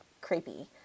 creepy